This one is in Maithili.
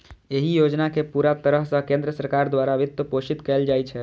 एहि योजना कें पूरा तरह सं केंद्र सरकार द्वारा वित्तपोषित कैल जाइ छै